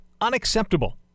unacceptable